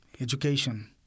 Education